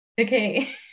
Okay